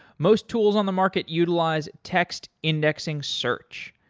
most tools on the market utilize text indexing search,